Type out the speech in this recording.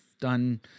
done